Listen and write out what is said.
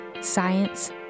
science